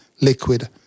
liquid